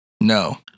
No